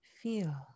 feel